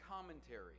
commentary